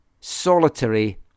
solitary